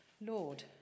Lord